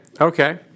Okay